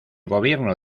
gobierno